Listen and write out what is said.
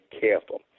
careful